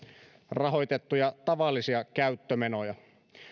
rahoitettuja tavallisia käyttömenoja